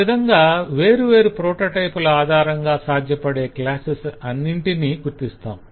ఆ విధంగా వేరు ప్రోటోటైపుల ఆధారంగా సాధ్యపడే క్లాస్ ఆఫ్ ఆబ్జెక్ట్స్ అన్నింటినీ గుర్తిస్తాం